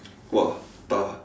!wah! tough